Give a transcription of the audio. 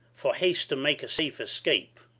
for haste to make a safe escape,